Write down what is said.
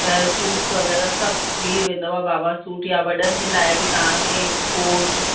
suits वग़ैरह सभु मिली वेंदव बाबा सूट या वॾनि जे लाइ बि तव्हांखे कोट